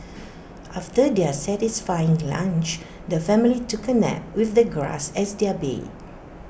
after their satisfying lunch the family took A nap with the grass as their bed